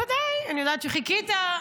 בוודאי, אני יודעת שחיכית.